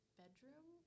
bedroom